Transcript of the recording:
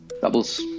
Doubles